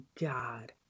God